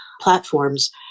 platforms